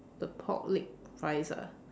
the pork leg rice ah